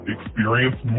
Experience